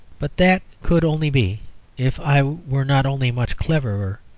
but that could only be if i were not only much cleverer,